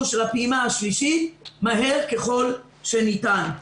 של הפעימה השלישית מהר ככל שניתן.